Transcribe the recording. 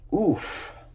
oof